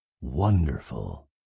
Wonderful